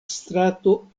strato